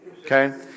Okay